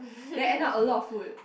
then end up a lot of food